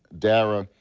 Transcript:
dara,